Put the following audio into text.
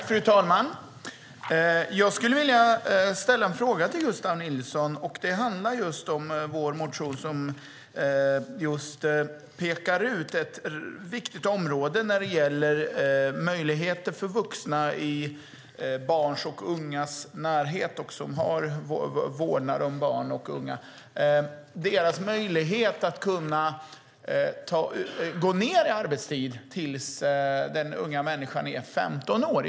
Fru talman! Jag skulle vilja ställa en fråga till Gustav Nilsson som handlar om vår motion som pekar ut ett viktigt område när det gäller möjligheter för vuxna i barns och ungas närhet som har vårdnad om barn och unga att kunna gå ned i arbetstid tills den unga människan är 15 år.